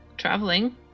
traveling